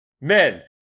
men